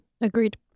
Agreed